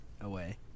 away